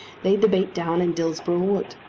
laid the bait down in dillsborough wood.